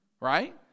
Right